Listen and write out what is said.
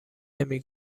نمی